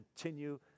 continue